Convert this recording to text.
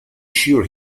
sure